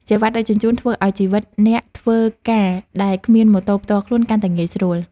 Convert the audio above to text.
សេវាដឹកជញ្ជូន ធ្វើឱ្យជីវិតអ្នកធ្វើការដែលគ្មានម៉ូតូផ្ទាល់ខ្លួនកាន់តែងាយស្រួល។